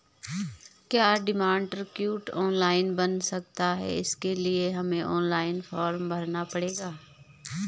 क्या demand draft online बन सकता है इसके लिए हमें ऑनलाइन फॉर्म भरना पड़ेगा?